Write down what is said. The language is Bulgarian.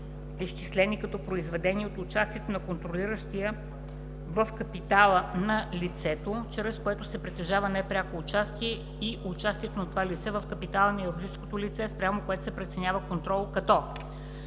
изчислени като произведението от участието на контролиращия в капитала на лицето, чрез което се притежава непряко участие, и участието на това лице в капитала на юридическото лице, спрямо което се преценява контрол, като: